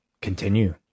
continue